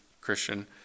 Christian